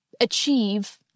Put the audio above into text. achieve